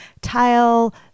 tile